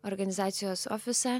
organizacijos ofisą